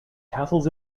castles